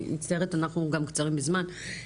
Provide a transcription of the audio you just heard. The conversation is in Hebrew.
אני מצטערת, אנחנו גם קצרים בזמן.